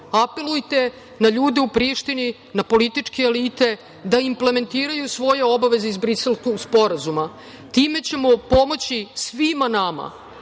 Apelujte na ljude u Prištini, na političke elite da implementiraju svoje obaveze iz Briselskog sporazuma. Time ćemo pomoći svima nama,